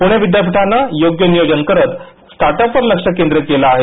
पुणे विद्यापीठानं योग्य नियोजन करत स्टार्टअपवर लक्ष केंद्रित केलं आहे